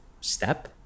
step